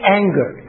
anger